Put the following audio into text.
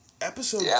Episode